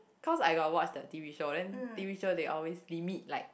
cause I got watch the t_v show then t_v show they always limit like